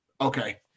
okay